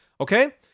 Okay